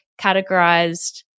categorized